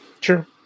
Sure